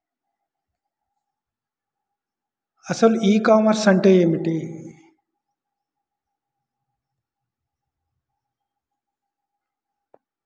అసలు e commerce అంటే ఏమిటి?